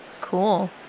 Cool